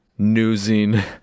newsing